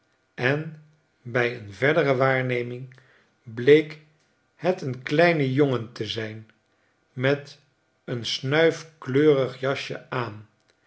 en bij een verdere waarneming bleek het een kleine jongen te zijn met een snuifkleurig jasje aan